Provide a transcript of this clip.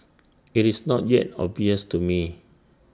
IT is not yet obvious to me